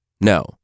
No